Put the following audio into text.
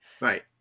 right